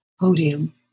podium